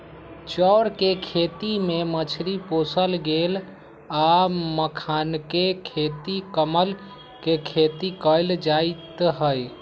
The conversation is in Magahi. चौर कें खेती में मछरी पोशल गेल आ मखानाके खेती कमल के खेती कएल जाइत हइ